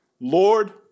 Lord